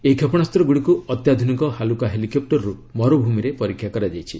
ଏହି କ୍ଷେପଶାସ୍ତଗୁଡ଼ିକୁ ଅତ୍ୟାଧୁନିକ ହାଲୁକା ହୋଲିକପୁରରୁ ମରୁଭୂମିରେ ପରୀକ୍ଷା କରାଯାଇଛି